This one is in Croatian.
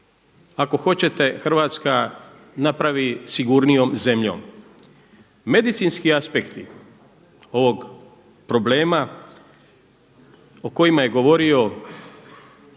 ako hoćete Hrvatska napravi sigurnijom zemljom. Medicinski aspekti ovog problema o kojima je govorio doduše